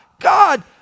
God